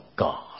God